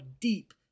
deep